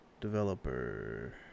Developer